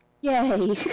Yay